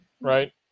right